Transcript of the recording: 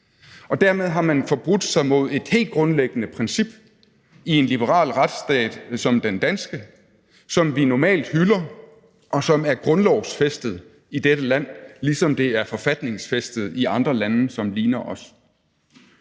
og dermed har man forbrudt sig mod et helt grundlæggende princip i en liberal retsstat som den danske, som vi normalt hylder, og som er grundlovsfæstet i dette land, ligesom det er forfatningsfæstet i andre lande, som ligner os.